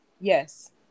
Yes